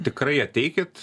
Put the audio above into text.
tikrai ateikit